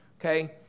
okay